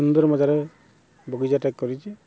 ସୁନ୍ଦର ବଗିଚାଟା କରିଛି